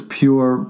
pure